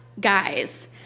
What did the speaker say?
guys